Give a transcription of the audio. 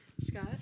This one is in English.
Scott